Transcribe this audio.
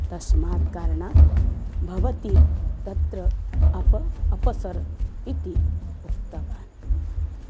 तस्मात् कारणात् भवती तत्र अप अपसर इति उक्तवान्